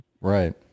Right